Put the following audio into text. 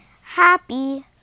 happy